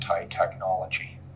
anti-technology